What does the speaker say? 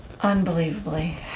Unbelievably